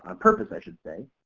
ah purpose i should say,